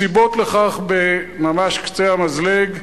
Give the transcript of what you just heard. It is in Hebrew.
הסיבות לכך, ממש על קצה המזלג: